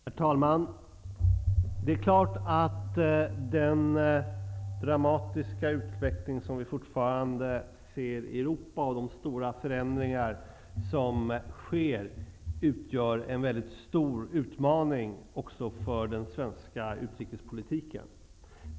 Herr talman! Det är klart att den dramatiska utveckling som vi fortfarande ser i Europa och de stora förändringar som sker utgör en väldigt stor utmaning också för den svenska utrikespolitiken.